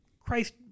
Christ